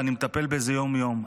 ואני מטפל בזה יום-יום,